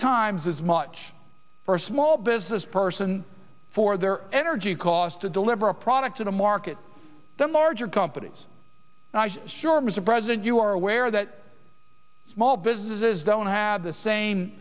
times as much for a small business person for their energy cost to deliver a product to market then larger companies sure mr president you are aware that small businesses don't have the same